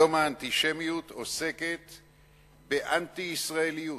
היום האנטישמיות עוסקת באנטי-ישראליות.